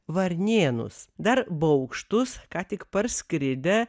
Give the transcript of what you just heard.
varnėnus dar baugštūs ką tik parskridę